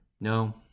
No